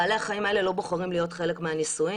בעלי החיים האלה לא בוחרים להיות חלק מהניסויים.